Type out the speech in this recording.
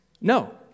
No